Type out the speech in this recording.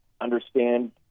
understand